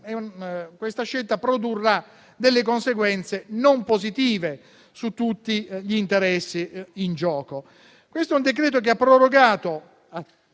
giudizio, produrrà delle conseguenze non positive su tutti gli interessi in gioco. Questo è un decreto che ha prorogato